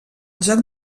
joc